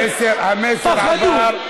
פחדו.